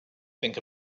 think